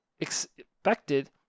expected